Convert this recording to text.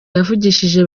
yavugishije